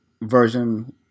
version